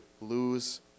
lose